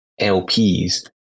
LPs